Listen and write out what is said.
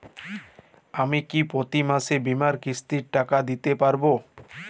আমি কি প্রতি মাসে বীমার কিস্তির টাকা দিতে পারবো?